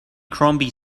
crombie